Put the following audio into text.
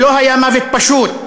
זה לא היה מוות פשוט,